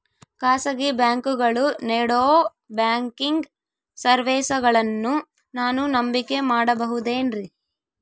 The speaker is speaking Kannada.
ಖಾಸಗಿ ಬ್ಯಾಂಕುಗಳು ನೇಡೋ ಬ್ಯಾಂಕಿಗ್ ಸರ್ವೇಸಗಳನ್ನು ನಾನು ನಂಬಿಕೆ ಮಾಡಬಹುದೇನ್ರಿ?